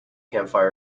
campfire